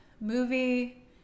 movie